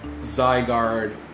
Zygarde